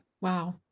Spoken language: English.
Wow